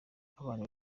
abantu